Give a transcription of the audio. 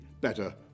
better